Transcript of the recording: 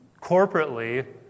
corporately